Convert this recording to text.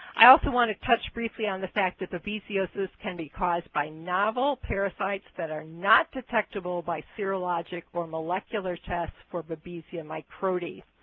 i also want to touch briefly on the fact that babesiosis can be caused by novel parasites that are not detectable by serologic or molecular tests for babesia microti.